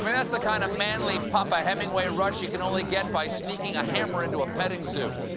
that's the kind of manly, papa hemingway rush you can only get by sneak a hammer into a petting zoo.